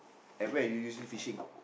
at where you usually fishing